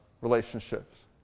relationships